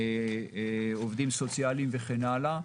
עובדים סוציאליים וכן הלאה,